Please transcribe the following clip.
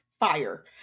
fire